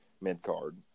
mid-card